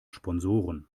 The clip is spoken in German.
sponsoren